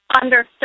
Understood